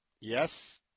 yes